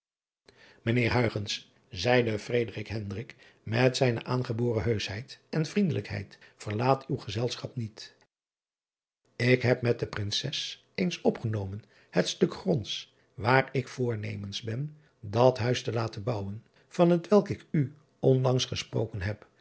ijnheer zeide met zijne aangeboren heuschheid en vriendelijkheid verlaat uw gezelschap niet k heb met de rinses eens opgenomen het stuk gronds waar ik voornemens ben dat uis te laten bouwen van het welk ik u onlangs gesproken heb